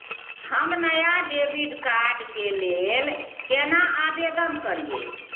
हम नया debit card के लेल केना आवेदन करियै?